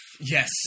Yes